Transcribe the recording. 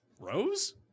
Rose